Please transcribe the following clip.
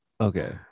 okay